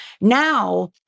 Now